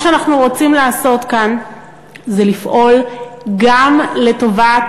מה שאנחנו רוצים לעשות כאן זה לפעול גם לטובת